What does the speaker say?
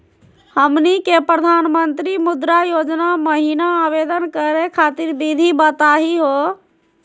हमनी के प्रधानमंत्री मुद्रा योजना महिना आवेदन करे खातीर विधि बताही हो?